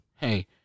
hey